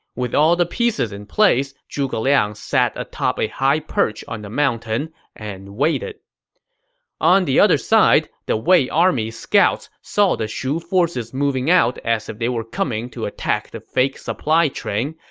with all the pieces in place, zhuge liang sat atop a high perch on the mountain and waited on the other side, the wei army's scouts saw the shu forces moving out as if they were coming to attack the fake supply train,